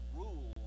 rule